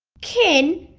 ken,